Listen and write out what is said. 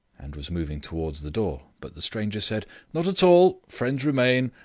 and was moving towards the door, but the stranger said not at all. friends remain.